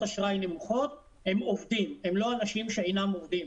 אשראי נמוכות הם עובדים והם לא אנשים שאינם עובדים